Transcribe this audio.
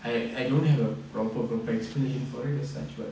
I I don't have a proper proper explanation for it as such but